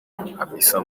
hamisa